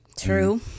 True